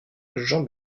jean